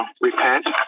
Repent